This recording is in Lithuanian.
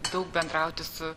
daug bendrauti su